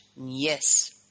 Yes